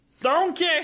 Donkey